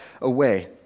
away